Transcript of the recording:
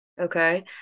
Okay